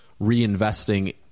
reinvesting